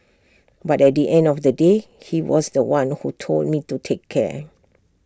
but at the end of the day he was The One who told me to take care